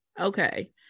okay